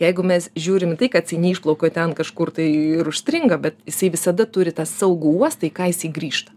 jeigu mes žiūrim į tai kad jisai neišplaukia ten kažkur tai ir užstringa bet jisai visada turi tą saugų uostą į ką jisai grįžta